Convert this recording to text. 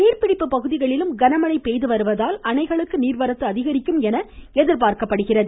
நீர்பிடிப்பு பகுதிகளிலும் கனமழை பெய்து வருவதால் அணைகளுக்கு நீர்வரத்து அதிகரிக்கும் என எதிர்பார்க்கப்படுகிறது